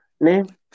Name